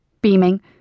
beaming